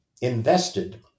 invested